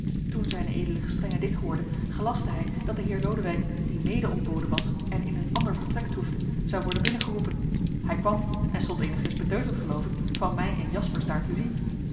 toen z ed gestr dit hoorde gelastte hij dat de heer lodewijk die mede ontboden was en in een ander vertrek toefde zou worden binnengeroepen hij kwam en stond eenigszins beteuterd geloof ik van mij en jaspersz daar te zien